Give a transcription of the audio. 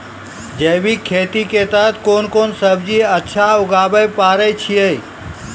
जैविक खेती के तहत कोंन कोंन सब्जी अच्छा उगावय पारे छिय?